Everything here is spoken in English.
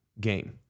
game